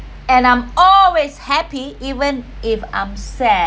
and I'm always happy even if I'm sad